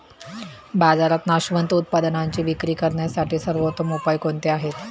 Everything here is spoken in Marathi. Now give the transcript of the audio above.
बाजारात नाशवंत उत्पादनांची विक्री करण्यासाठी सर्वोत्तम उपाय कोणते आहेत?